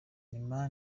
nyuma